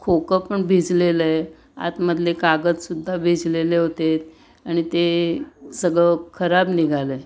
खोकं पण भिजलेलं आहे आतमधले कागद सुद्धा भिजलेले होते आणि ते सगळं खराब निघालं आहे